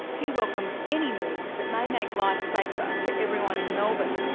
he welcomes any moves that may make life safer for everyone in melbourne.